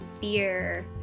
fear